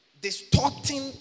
distorting